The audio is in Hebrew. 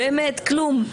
באמת כלום,